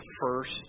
first